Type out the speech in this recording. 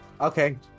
Okay